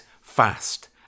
fast